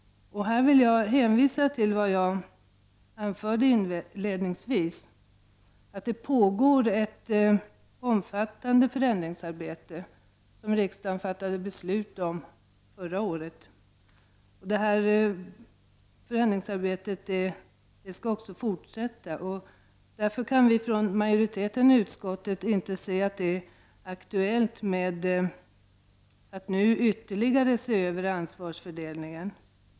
Här vill jag hänvisa till vad jag anförde inledningsvis, dvs. att det pågår ett omfattande förändringsarbete, som riksdagen fattade beslut om förra året. Detta förändringsarbete skall också fortsätta, och därför anser vi från majoritetens sida i utskottet att det inte är aktuellt att nu ytterligare se över ansvarsfördelningen.